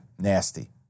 nasty